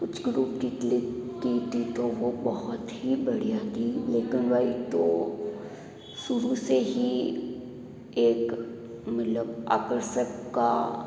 कुछ ग्रुप की क्लिक की थी तो वो बहुत ही बढ़िया थी ब्लैक एंड व्हाइट तो शुरू से ही एक मतलब आकर्षक का